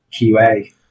QA